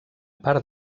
part